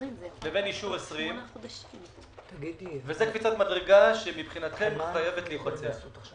2020 וזה קפיצת מדרגה שמבחינתכם חייבת להתבצע.